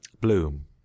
bloom